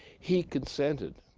he consented